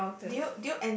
trekking mountains